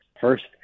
First